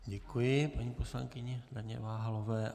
Děkuji paní poslankyni Daně Váhalové.